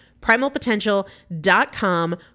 Primalpotential.com